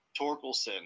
Torkelson